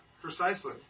precisely